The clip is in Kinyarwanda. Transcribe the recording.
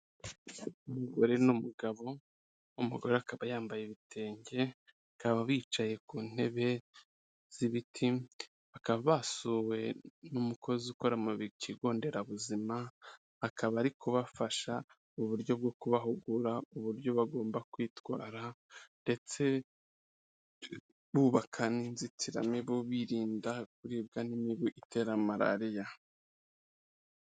Umugore n'umugabo, umugore akaba yambaye ibitenge bakaba bicaye ku ntebe z'ibiti, bakaba basuwe n'umukozi ukora mu kigo nderabuzima, akaba ari kubafasha mu buryo bwo kubahugura uburyo bagomba kwitwara ndetse bubaka n'inzitiramibu birinda kuribwa n'imibu itera malariya.